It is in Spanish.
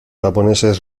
japoneses